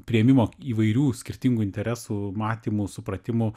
priėmimo įvairių skirtingų interesų matymų supratimų